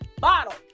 bottle